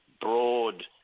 broad